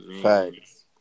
facts